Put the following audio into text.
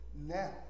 Now